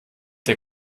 der